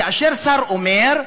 כאשר שר אומר,